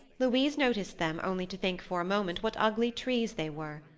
louise noticed them, only to think for a moment what ugly trees they were.